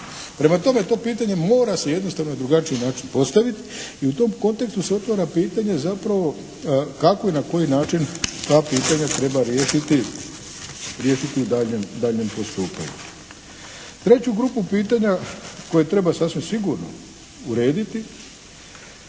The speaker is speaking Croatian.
Prema tome, to pitanje mora se jednostavno na drugačiji način postaviti i u tom kontekstu se otvara pitanje zapravo kako i na koji način ta pitanja treba riješiti u daljnjem pristupanju. Treću grupu pitanja koje treba sasvim sigurno urediti